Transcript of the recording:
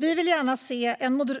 Vi vill gärna se